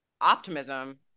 optimism